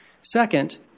Second